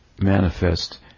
manifest